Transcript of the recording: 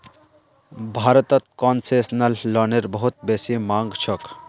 भारतत कोन्सेसनल लोनेर बहुत बेसी मांग छोक